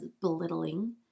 belittling